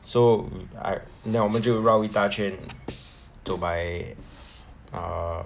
so I 那我们就绕一大圈走 by err